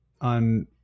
on